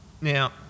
Now